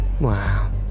wow